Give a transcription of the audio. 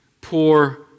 poor